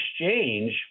exchange